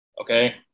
Okay